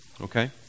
Okay